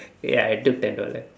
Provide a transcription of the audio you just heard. ya I took ten dollar